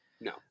No